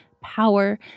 power